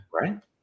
Right